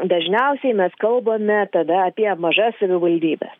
dažniausiai mes kalbame tada apie mažas savivaldybes